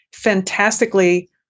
fantastically